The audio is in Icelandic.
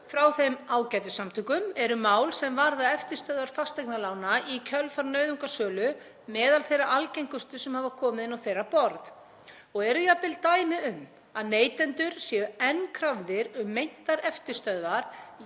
frá þeim ágætu samtökum eru mál sem varða eftirstöðvar fasteignalána í kjölfar nauðungarsölu meðal þeirra algengustu sem hafa komið inn á þeirra borð og eru jafnvel dæmi um að neytendur séu enn krafðir um meintar eftirstöðvar